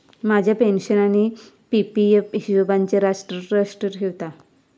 माझ्या पेन्शन आणि P P F हिशोबचो राष्ट्र ट्रस्ट ठेवता